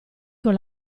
con